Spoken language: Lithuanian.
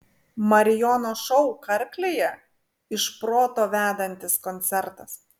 marijono šou karklėje iš proto vedantis koncertas